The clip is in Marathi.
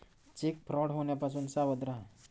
चेक फ्रॉड होण्यापासून सावध रहा